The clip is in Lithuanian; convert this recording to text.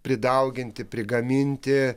pridauginti prigaminti